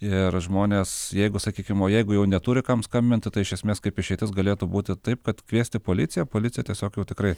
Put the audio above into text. ir žmonės jeigu sakykim o jeigu jau neturi kam skambinti tai iš esmės kaip išeitis galėtų būti taip kad kviesti policiją policija tiesiog jau tikrai